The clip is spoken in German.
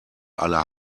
aller